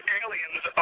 aliens